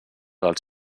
dels